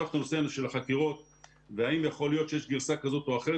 האם יכול להיות שיש גרסה כזו או אחרת,